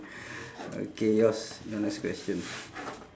okay yours your next question